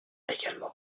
également